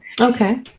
Okay